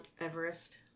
Everest